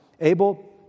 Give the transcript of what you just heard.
Abel